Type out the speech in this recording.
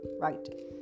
right